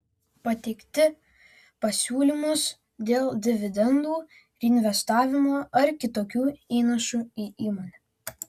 pateikti pasiūlymus dėl dividendų reinvestavimo ar kitokių įnašų į įmonę